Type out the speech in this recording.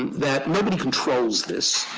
that nobody controls this.